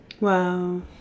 Wow